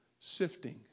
Sifting